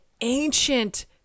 ancient